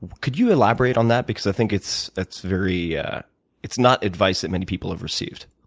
could you elaborate on that? because i think it's it's very yeah it's not advice that many people have received.